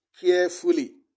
carefully